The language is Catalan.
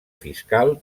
fiscal